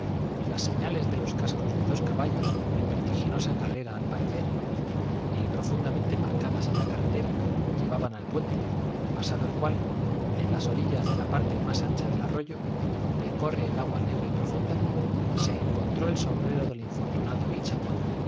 las señales de los cascos de dos caballos en vertiginosa carrera al parecer y profundamente marcadas en la carretera llevaban al puente pasado el cual en las orillas de la parte más ancha del arroyo donde corre el agua negra y profunda se encontró el sombrero del infortunado